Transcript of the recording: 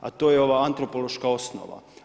A to je ova antropološka osnova.